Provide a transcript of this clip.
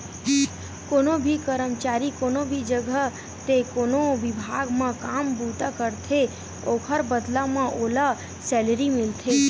कोनो भी करमचारी कोनो भी जघा ते कोनो बिभाग म काम बूता करथे ओखर बदला म ओला सैलरी मिलथे